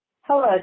Hello